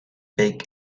big